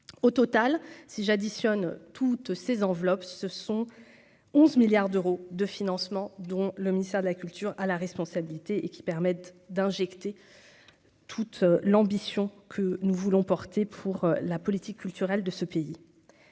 au total si j'additionne toutes ces enveloppes, ce sont 11 milliards d'euros de financements dont le ministère de la culture à la responsabilité et qui permettent d'injecter toute l'ambition que nous voulons porter pour la politique culturelle de ce pays,